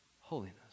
Holiness